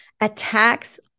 attacks